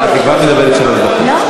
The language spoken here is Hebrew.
את כבר מדברת שלוש דקות.